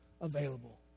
available